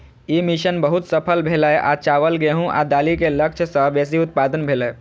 ई mission बहुत सफल भेलै आ चावल, गेहूं आ दालि के लक्ष्य सं बेसी उत्पादन भेलै